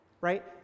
Right